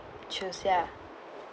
choose ya